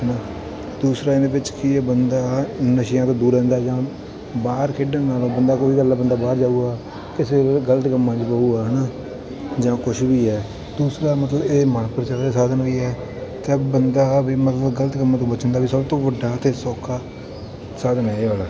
ਹੈ ਨਾ ਦੂਸਰਾ ਇਹਦੇ ਵਿੱਚ ਕੀ ਹੈ ਬੰਦਾ ਨਸ਼ਿਆਂ ਤੋਂ ਦੂਰ ਰਹਿੰਦਾ ਜਾਂ ਬਾਹਰ ਖੇਡਣ ਨਾਲੋਂ ਬੰਦਾ ਉਹੀ ਗੱਲ ਆ ਬੰਦਾ ਬਾਹਰ ਜਾਊਗਾ ਕਿਸੇ ਗਲਤ ਕੰਮ 'ਚ ਪਾਊਗਾ ਹੈ ਨਾ ਜਾਂ ਕੁਛ ਵੀ ਹੈ ਦੂਸਰਾ ਮਤਲਬ ਇਹ ਮਨਪ੍ਰਚਾਵੇ ਦਾ ਸਾਧਨ ਵੀ ਹੈ ਅਤੇ ਬੰਦਾ ਵੀ ਮਤਲਬ ਗਲਤ ਕੰਮਾਂ ਤੋਂ ਬਚਣ ਦਾ ਵੀ ਸਭ ਤੋਂ ਵੱਡਾ ਅਤੇ ਸੌਖਾ ਸਾਧਨ ਹੈ ਇਹ ਵਾਲਾ